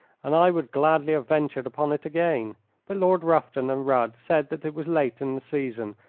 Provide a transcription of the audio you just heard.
and i would gladly have ventured upon it again but lord rufton and rudd said that it was late in the season,